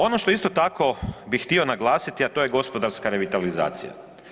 Ono što isto tako bih htio naglasiti, a to je gospodarska revitalizacija.